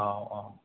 औ औ